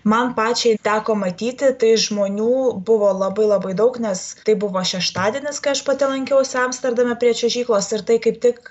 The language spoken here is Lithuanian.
man pačiai teko matyti tai žmonių buvo labai labai daug nes tai buvo šeštadienis kai aš pati lankiausi amsterdame prie čiuožyklos ir tai kaip tik